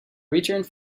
returned